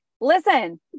listen